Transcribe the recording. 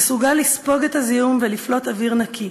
מסוגל לספוג את הזיהום ולפלוט אוויר נקי.